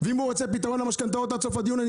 ואם הוא רוצה פתרון למשכנתאות עד סוף הדיון אני